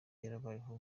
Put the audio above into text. yarabayeho